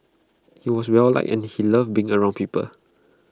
he was well liked and he loved being around people